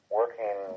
working